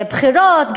בחירות,